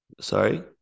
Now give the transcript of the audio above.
sorry